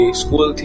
school